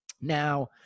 Now